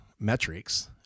metrics